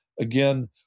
again